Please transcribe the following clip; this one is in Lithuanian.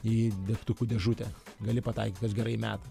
į degtukų dėžutę gali pataikyt kas gerai meta